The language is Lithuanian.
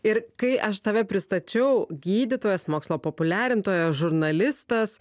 ir kai aš tave pristačiau gydytojas mokslo populiarintoja žurnalistas